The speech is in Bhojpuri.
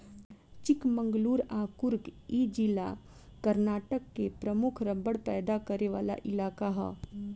चिकमंगलूर आ कुर्ग इ जिला कर्नाटक के प्रमुख रबड़ पैदा करे वाला इलाका ह